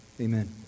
Amen